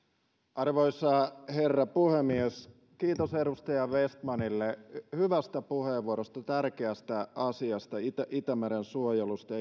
arvoisa herra puhemies kiitos edustaja vestmanille hyvästä puheenvuorosta tärkeästä asiasta itämeren suojelusta